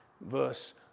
Verse